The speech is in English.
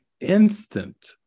instant